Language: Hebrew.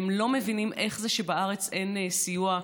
והם לא מבינים איך זה שבארץ אין סיוע.